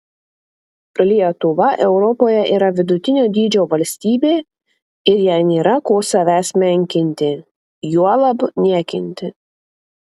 lietuva europoje yra vidutinio dydžio valstybė ir jai nėra ko savęs menkinti juolab niekinti